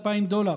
2,000 דולר,